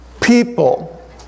people